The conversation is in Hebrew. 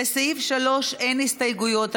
לסעיף 3 אין הסתייגויות,